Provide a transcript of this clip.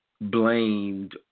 blamed